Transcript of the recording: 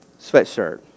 sweatshirt